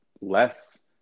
less